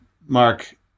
Mark